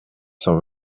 cent